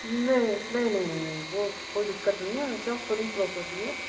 नहीं नहीं नहीं नहीं वो कोई दिक्कत नहीं है एक दम फ्री प्रॉपर्टी है